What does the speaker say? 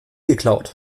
geklaut